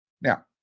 Now